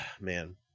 man